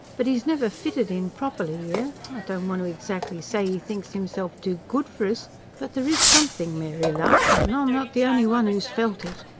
but e's never fitted in properly here i don't want to exactly say e thinks imself too good for us but there is something, mary love, and i'm not the only one who's felt it.